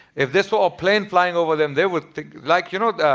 if this were plane flying over them, they would think like you know.